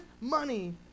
money